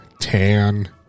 tan